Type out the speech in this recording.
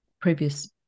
previous